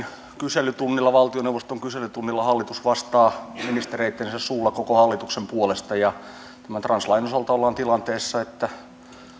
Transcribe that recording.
kyselytunnilla valtioneuvoston kyselytunnilla hallitus vastaa ministereittensä suulla koko hallituksen puolesta ja tämän translain osalta ollaan tilanteessa että